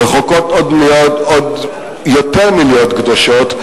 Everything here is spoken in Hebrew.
רחוקות עוד יותר מלהיות קדושות,